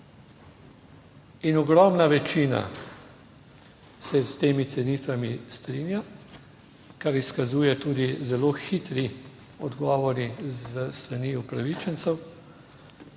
In ogromna večina se s temi cenitvami strinja, kar izkazuje tudi zelo hitri odgovori s strani upravičencev